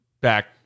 back